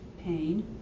pain